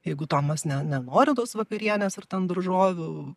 jeigu tomas ne nenori tos vakarienės ar ten daržovių